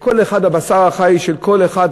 בבשר החי של כל אחד,